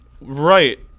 Right